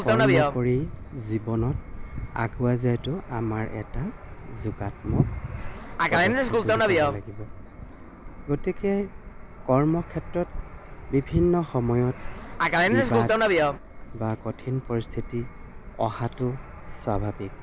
কৰ্ম কৰি জীৱনত আগুৱাই যোৱাটো আমাৰ এটা যোগাত্মক পদক্ষেপ বুলি ক'ব লাগিব গতিকে কৰ্ম ক্ষেত্ৰত বিভিন্ন সময়ত বিবাদ বা কঠিন পৰিস্থিতি অহাটো স্বাভাৱিক